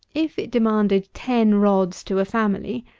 if it demanded ten rods to a family,